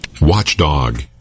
Watchdog